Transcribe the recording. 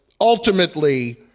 ultimately